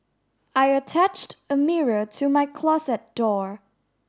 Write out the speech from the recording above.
I attached a mirror to my closet door